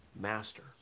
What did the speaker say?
Master